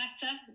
better